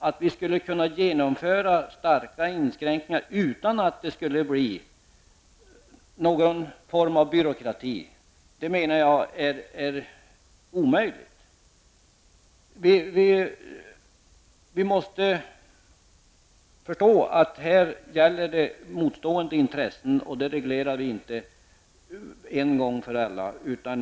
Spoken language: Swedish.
Att vi skulle kunna genomföra starka inskränkningar utan att det skulle bli någon form av byråkrati -- det är omöjligt, menar jag. Vi måste förstå att det här gäller motstående intressen, och det reglerar vi inte en gång för alla.